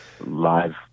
Live